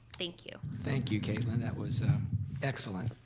thank you. thank you, caitlyn. that was excellent.